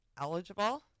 eligible